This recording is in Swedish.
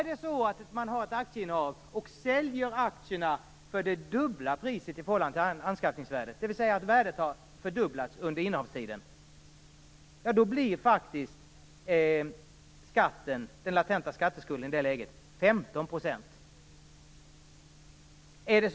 Om man innehar aktier och säljer aktierna till det dubbla priset i förhållande till anskaffningsvärdet, dvs. att värdet har fördubblats under innehavstiden, då blir faktiskt den latenta skatteskulden 15 %.